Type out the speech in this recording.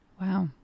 Wow